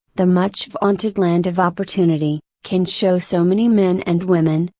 the much vaunted land of opportunity, can show so many men and women,